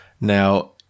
Now